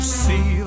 see